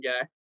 guy